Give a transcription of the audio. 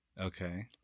Okay